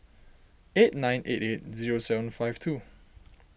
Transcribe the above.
eight nine eight eight zero seven five two